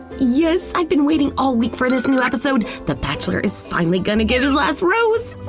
yes! i've been waiting all week for this new episode! the bachelor is finally gonna give his last rose!